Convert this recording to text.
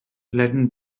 latin